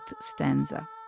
stanza